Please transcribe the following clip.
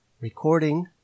Recording